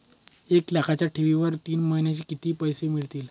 एक लाखाच्या ठेवीवर तीन महिन्यांनी किती पैसे मिळतील?